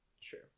Sure